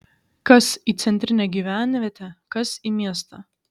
kas į centrinę gyvenvietę kas į miestą